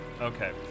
Okay